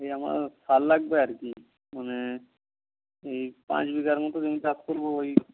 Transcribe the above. ওই আমার সার লাগবে আর কি মানে ওই পাঁচ বিঘার মতো জমি চাষ করব ওই